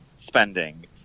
spending